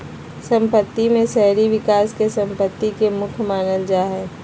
सम्पत्ति में शहरी विकास के सम्पत्ति के मुख्य मानल जा हइ